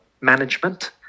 management